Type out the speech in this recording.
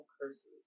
curses